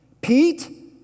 Pete